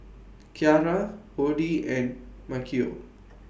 Kiarra Oddie and Maceo